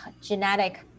genetic